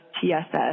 TSS